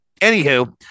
Anywho